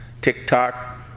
TikTok